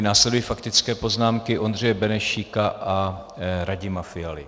Následují faktické poznámky Ondřeje Benešíka a Radima Fialy.